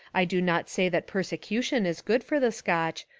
i do not say that persecution is good for the scotch,